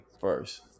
first